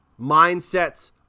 mindsets